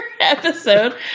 episode